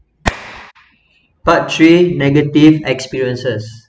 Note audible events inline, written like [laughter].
[noise] part three negative experiences